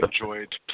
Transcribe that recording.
enjoyed